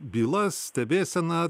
byla stebėsena